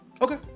Okay